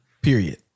period